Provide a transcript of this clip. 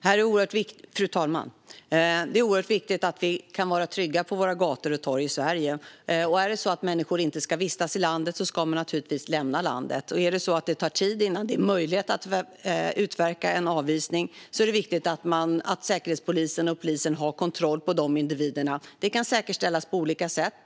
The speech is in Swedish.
Fru talman! Det är oerhört viktigt att vi i Sverige kan vara trygga på gator och torg. Om människor inte ska visats här ska de naturligtvis lämna landet. Skulle det ta tid innan det är möjligt att utverka en avvisning är det viktigt att Säkerhetspolisen och polisen har kontroll över dessa individer. Det kan säkerställas på olika sätt.